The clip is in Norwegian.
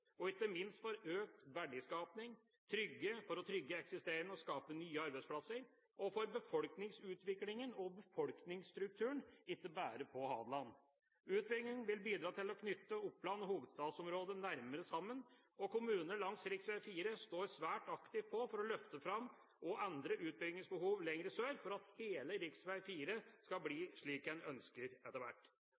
og ikke minst for å øke verdiskapingen og trygge eksisterende arbeidsplasser og skape nye, samt for befolkningsutviklingen og befolkningsstrukturen – ikke bare på Hadeland. Utbyggingen vil bidra til å knytte Oppland og hovedstadsområdet nærmere sammen, og kommunene langs rv. 4 står svært aktivt på for å løfte fram også andre utbyggingsbehov lenger sør for at hele rv. 4 etter hvert skal bli slik en ønsker.